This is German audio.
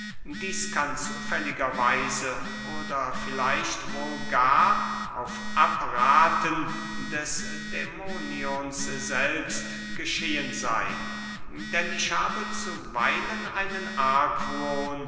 dieß kann zufälliger weise oder vielleicht wohl gar auf abrathen des dämonions selbst geschehen seyn denn ich habe zuweilen einen